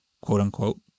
quote-unquote